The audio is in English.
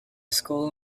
school